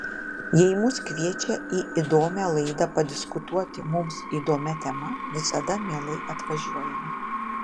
jei mus kviečia į įdomią laidą padiskutuoti mums įdomia tema visada mielai atvažiuojame